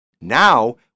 now